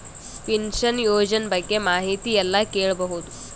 Pension ಯೋಜನ ಬಗ್ಗೆ ಮಾಹಿತಿ ಎಲ್ಲ ಕೇಳಬಹುದು?